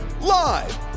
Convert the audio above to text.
Live